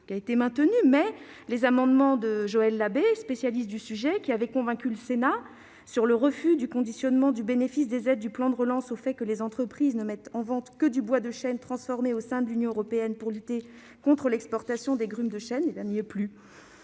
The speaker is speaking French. général Husson, mais les amendements de Joël Labbé, spécialiste du sujet, qui avait convaincu le Sénat de la nécessité de conditionner les aides du plan de relance au fait que les entreprises ne mettent en vente que du bois de chêne transformé au sein de l'Union européenne, et ce pour lutter contre l'exportation des grumes de chêne, ne sont plus